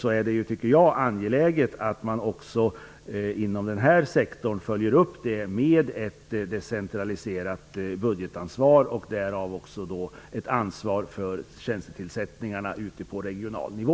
I en sådan tid tycker jag att det är angeläget att man också inom den här sektorn följer upp det med ett decentraliserat budgetansvar och följaktligen också ett ansvar för tjänstetillsättningarna på regional nivå.